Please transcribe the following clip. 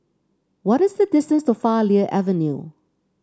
what is the distance to Farleigh Avenue